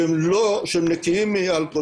שהם נקיים מאלכוהול,